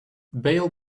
bail